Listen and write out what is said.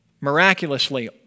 Miraculously